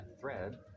thread